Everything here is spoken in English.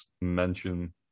mention